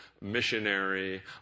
missionary